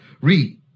Read